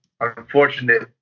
unfortunate